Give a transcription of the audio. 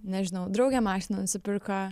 nežinau draugė mašiną nusipirko